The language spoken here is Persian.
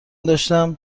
داشتم